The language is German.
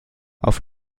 auf